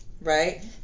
right